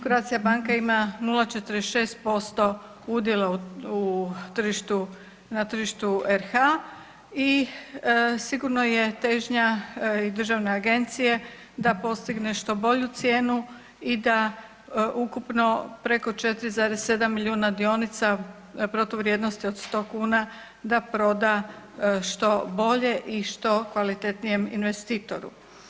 Croatia banka ima 0,46% udjela u na tržištu RH i sigurno je težnja i državne agencije da postigne što bolju cijenu i da ukupno preko 4,7 milijuna dionica protuvrijednosti od 100 kuna da proda što bolje i što kvalitetnijem investitoru.